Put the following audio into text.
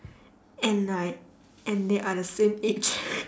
and like and they are the same age